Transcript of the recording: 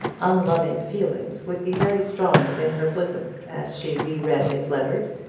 unloving feelings would be very strong within her bosom as she re-read his letters,